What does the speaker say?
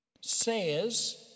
says